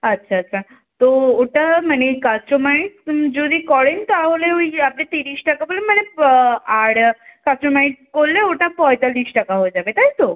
আচ্ছা আচ্ছা তো ওটা মানে কাস্টোমাইস যদি করেন তাহলে ওই আপনি তিরিশ টাকা করে মানে পা আর কাস্টোমাইস করলে ওটা পঁয়তাল্লিশ টাকা হয়ে যাবে তাই তো